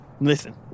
listen